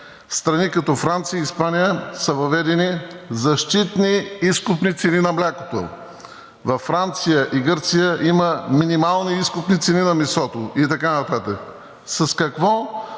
страни, като Франция и Испания, са въведени защитни изкупни цени на млякото, а във Франция и Гърция има минимални изкупни цени на месото и така нататък. С какво